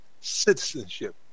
citizenship